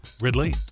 Ridley